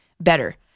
better